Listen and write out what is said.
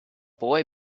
boy